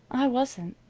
i wasn't.